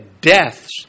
deaths